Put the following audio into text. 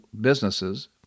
businesses